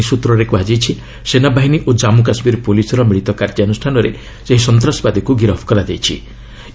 ନିରାପତ୍ତା ବାହିନୀ ସ୍ଟୁତ୍ରରେ କୁହାଯାଇଛି ସେନାବାହିନୀ ଓ କମ୍ମ୍ର କାଶ୍ମୀର ପୁଲିସ୍ର ମିଳିତ କାର୍ଯ୍ୟାନୃଷାନରେ ସେହି ସନ୍ତାସବାଦୀକୃ ଗିରଫ କରାଯାଇଛି